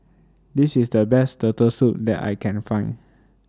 This IS The Best Turtle Soup that I Can Find